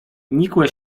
nikłe